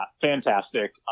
fantastic